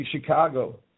Chicago